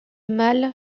mâles